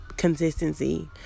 consistency